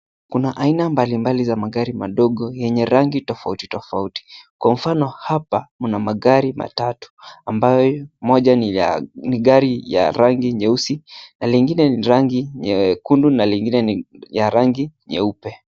Kuna aina mbalimbali za magari madogo yenye rangi tofauti tofauti. Kwa mfano apa mna magari matatu ambayo moja ni gari ya rangi nyeusi na lingine ni rangi nyekundu na lingine ni ya rangi nyeupe.